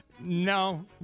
No